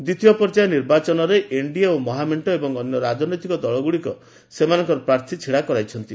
ଦ୍ୱିତୀୟ ପର୍ଯ୍ୟାୟ ନିର୍ବାଚନରେ ଏନ୍ଡିଏ ଓ ମହାମେଣ୍ଟ ଏବଂ ଅନ୍ୟ ରାଜନୈତିକ ଦଳଗୁଡ଼ିକ ସେମାନଙ୍କର ପ୍ରାର୍ଥୀ ଛିଡା କରାଯାଇଛନ୍ତି